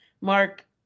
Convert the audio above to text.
Mark